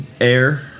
Air